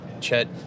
Chet